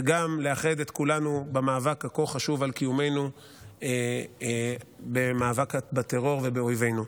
וגם לאחד את כולנו במאבק הכה-חשוב על קיומנו ובמאבק בטרור ובאויבינו.